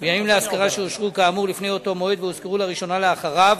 בניינים להשכרה שאושרו כאמור לפני אותו מועד והושכרו לראשונה לאחריו,